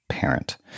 parent